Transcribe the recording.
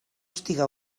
estiga